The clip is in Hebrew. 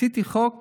עשיתי חוק